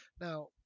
now